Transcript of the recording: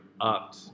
up